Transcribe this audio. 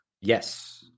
Yes